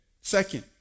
Second